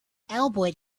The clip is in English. albert